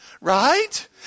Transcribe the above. right